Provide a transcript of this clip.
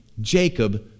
Jacob